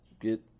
Get